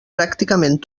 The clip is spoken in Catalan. pràcticament